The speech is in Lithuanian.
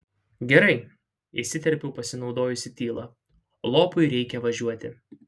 gerai įsiterpiau pasinaudojusi tyla lopui reikia važiuoti